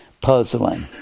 puzzling